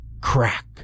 Crack